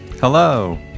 Hello